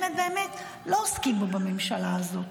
באמת לא עוסקים בו בממשלה הזאת.